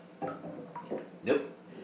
Nope